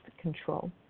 control